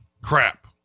crap